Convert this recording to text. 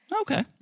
Okay